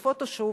ה"פוטושופ"